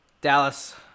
Dallas